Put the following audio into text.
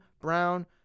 Brown